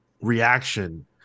reaction